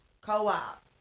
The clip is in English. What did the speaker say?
co-op